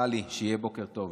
טלי, שיהיה בוקר טוב.